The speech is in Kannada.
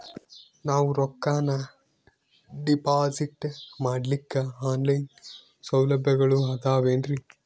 ನಾವು ರೊಕ್ಕನಾ ಡಿಪಾಜಿಟ್ ಮಾಡ್ಲಿಕ್ಕ ಆನ್ ಲೈನ್ ಸೌಲಭ್ಯಗಳು ಆದಾವೇನ್ರಿ?